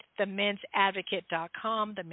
themensadvocate.com